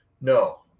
No